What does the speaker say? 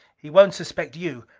he won't suspect you!